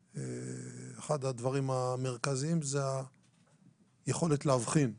ואחד הדברים המרכזיים הוא היכולת להבחין ולזהות,